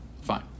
Fine